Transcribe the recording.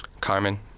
Carmen